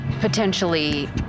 potentially